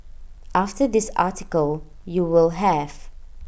after this article you will have